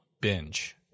Binge